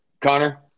Connor